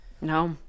No